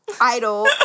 idol